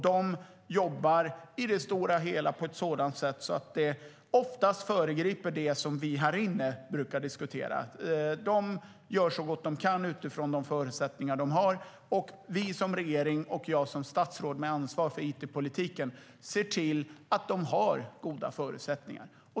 De jobbar på det stora hela på ett sådant sätt att de oftast föregriper det som vi här inne brukar diskutera. De gör så gott de kan utifrån de förutsättningar de har, och vi som regering och jag som statsråd med ansvar för it-politiken ser till att de har goda förutsättningar.